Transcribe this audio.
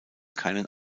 keinen